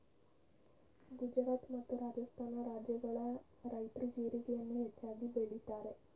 ಗುಜರಾತ್ ಮತ್ತು ರಾಜಸ್ಥಾನ ರಾಜ್ಯಗಳ ರೈತ್ರು ಜೀರಿಗೆಯನ್ನು ಹೆಚ್ಚಾಗಿ ಬೆಳಿತರೆ